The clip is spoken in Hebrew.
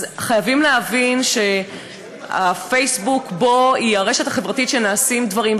אז חייבים להבין שפייסבוק היא הרשת החברתית שנעשים בה דברים,